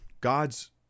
God's